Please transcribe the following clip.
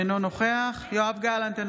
אינו נוכח יואב גלנט,